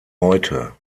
heute